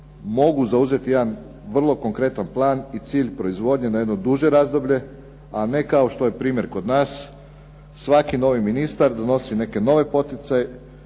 mogu zauzeti jedan vrlo konkretan plan i cilj proizvodnje na jedno duže razdoblje, a ne kao što je primjer kod nas. Svaki novi ministar donosi neke nove poticaje,